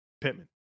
Pittman